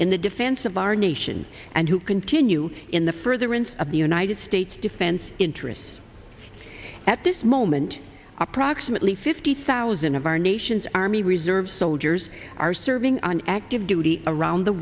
in the defense of our nation and who continue in the further into of the united states defense interests at this moment approximately fifty thousand of our nation's army reserve soldiers are serving on active duty around the